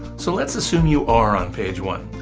so let's assume you are on page one.